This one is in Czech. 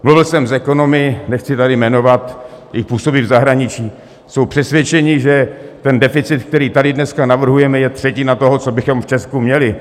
Mluvil jsem s ekonomy, nechci tady jmenovat, působí i v zahraničí, jsou přesvědčeni, že ten deficit, který tady dneska navrhujeme, je třetina toho, co bychom v Česku měli.